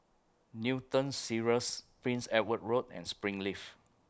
Newton Cirus Prince Edward Road and Springleaf